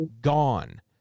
gone